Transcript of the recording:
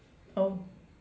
oh